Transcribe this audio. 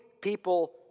people